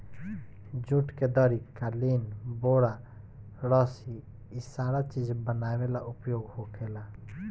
जुट के दरी, कालीन, बोरा, रसी इ सारा चीज बनावे ला उपयोग होखेला